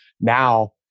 Now